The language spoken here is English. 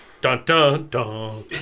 Dun-dun-dun